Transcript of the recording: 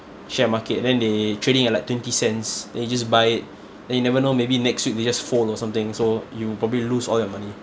share market and then they trading at like twenty cents then you just buy it then you never know maybe next week they just fall or something so you'll probably lose all your money